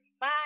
bye